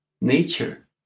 nature